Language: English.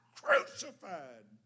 crucified